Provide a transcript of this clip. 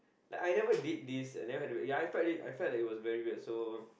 like I never did this and never had to ya I felt it I felt that it was very weird so